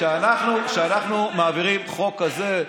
כשאנחנו מעבירים חוק כזה,